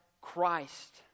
Christ